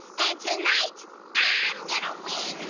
and tonight i'm gonna win.